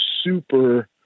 super